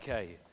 Okay